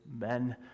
men